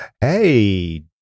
Hey